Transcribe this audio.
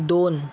दोन